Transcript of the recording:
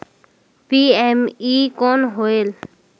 PME कौन होयल?